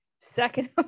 Second